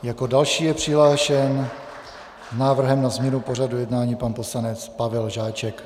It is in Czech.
Jako další je přihlášen s návrhem na změnu pořadu jednání pan poslanec Pavel Žáček.